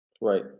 Right